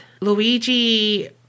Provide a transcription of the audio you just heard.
Luigi